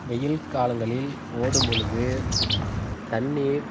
வெயில் காலங்களில் ஓடும்பொழுது தண்ணீர்